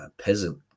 peasant